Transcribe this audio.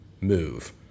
move